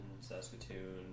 Saskatoon